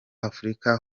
afurika